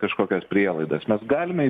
kažkokias prielaidas mes galime